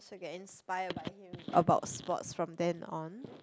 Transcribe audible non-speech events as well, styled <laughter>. so I get inspired <noise> by him about sports from then on <noise>